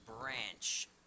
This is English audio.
branch